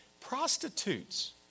Prostitutes